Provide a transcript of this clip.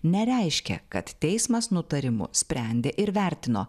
nereiškia kad teismas nutarimu sprendė ir vertino